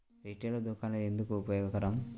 Retail దుకాణాలు ఎందుకు ఉపయోగకరం?